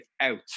out